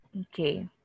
Okay